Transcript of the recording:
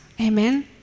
Amen